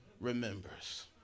remembers